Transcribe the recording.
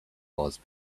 was